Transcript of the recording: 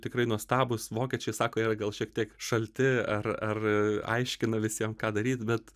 tikrai nuostabūs vokiečiai sako yra gal šiek tiek šalti ar ar aiškina visiem ką daryt bet